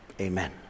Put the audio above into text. amen